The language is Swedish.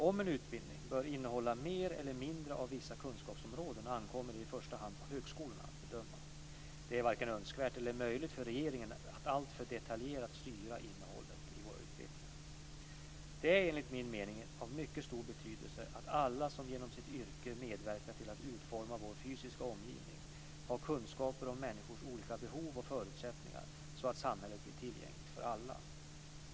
Om en utbildning bör innehålla mer eller mindre av vissa kunskapsområden ankommer i första hand på högskolorna att bedöma. Det är varken önskvärt eller möjligt för regeringen att alltför detaljerat styra innehållet i utbildningarna. Det är enligt min mening av mycket stor betydelse att alla som genom sina yrken medverkar till att utforma vår fysiska omgivning har kunskaper om människors olika behov och förutsättningar så att samhället blir tillgängligt för alla.